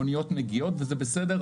אוניות מגיעות, וזה בסדר.